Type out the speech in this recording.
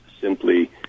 simply